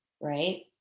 right